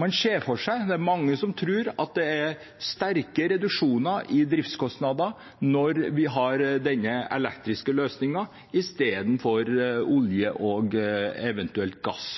det blir. Det er mange som tror at det kan bli sterke reduksjoner i driftskostnadene når vi har fått denne elektriske løsningen, istedenfor olje og eventuelt gass